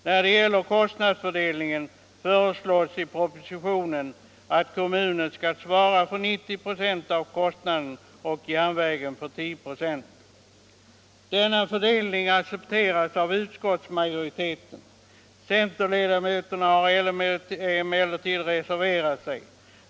När det gäller kostnadsfördelningen föreslås i propositionen att kommunen skall svara för 90 96 av kostnaden och järnvägen för 10 96. Denna fördelning har accepterats av utskottsmajoriteten. Centerledamöterna har emellertid reserverat sig.